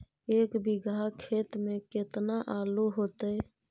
एक बिघा खेत में केतना आलू होतई?